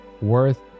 worth